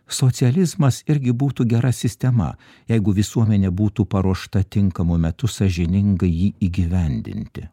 socializmas irgi būtų gera sistema jeigu visuomenė būtų paruošta tinkamu metu sąžiningai jį įgyvendinti